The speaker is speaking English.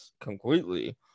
completely